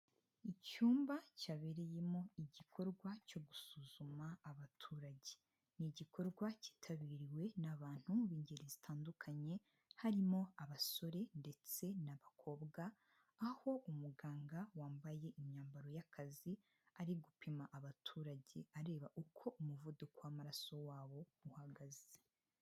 Icyumba cyabereyemo igikorwa cyo gusuzuma abaturage. Ni igikorwa cyitabiriwe n'abantu mu ngeri zitandukanye, harimo abasore ndetse n'abakobwa, aho umuganga wambaye imyambaro y'akazi, ari gupima abaturage, areba uko umuvuduko w'amaraso wabo uhagaze.